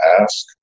ask